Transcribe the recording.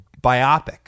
biopic